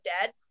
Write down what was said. dead